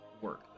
work